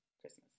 Christmas